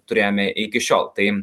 turėjome iki šiol tai